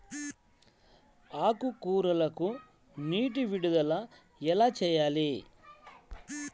ఆకుకూరలకు నీటి విడుదల ఎలా చేయాలి?